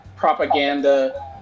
Propaganda